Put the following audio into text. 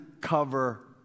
cover